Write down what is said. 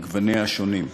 לגווניה השונים.